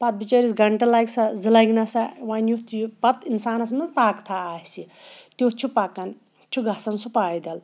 پَتہٕ بِچٲرِس گںٛٹہٕ لَگہِ سا زٕ لَگہِ نَسا وۄنۍ یُتھ یہِ پَتہٕ اِنسانَس منٛز طاقتہ آسہِ تیُتھ چھُ پَکان چھُ گژان سُہ پایدٕلۍ